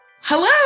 Hello